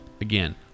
Again